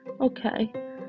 okay